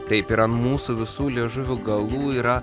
taip ir an mūsų visų liežuvių galų yra